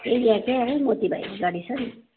त्यहीँ यहाँ क्या मोती भाइको गाडी छ नि